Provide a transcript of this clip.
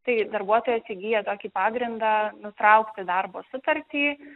tai darbuotojas įgyja tokį pagrindą nutraukti darbo sutartį